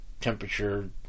temperature